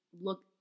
look